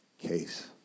case